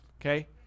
okay